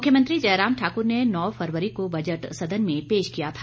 मुख्यमंत्री जयराम ठाकुर ने नौ फरवरी को बजट सदन में पेश किया था